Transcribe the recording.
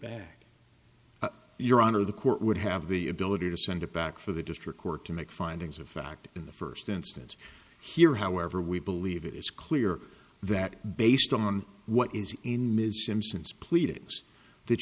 back your honor the court would have the ability to send it back for the district court to make findings of fact in the first instance here however we believe it is clear that based on what is in ms simpson's pleading